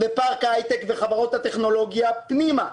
פארק ההיי-טק והחברות הטכנולוגיה התכנסו פנימה,